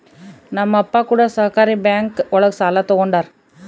ನಮ್ ಅಪ್ಪ ಕೂಡ ಸಹಕಾರಿ ಬ್ಯಾಂಕ್ ಒಳಗ ಸಾಲ ತಗೊಂಡಾರ